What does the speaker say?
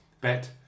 bet